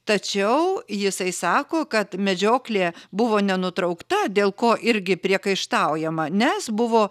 tačiau jisai sako kad medžioklė buvo nenutraukta dėl ko irgi priekaištaujama nes buvo